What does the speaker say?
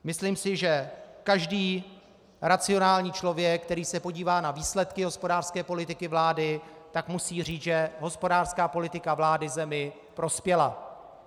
Myslím si, že každý racionální člověk, který se podívá na výsledky hospodářské politiky vlády, musí říct, že hospodářská politika vlády zemi prospěla.